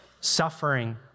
Suffering